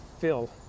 fill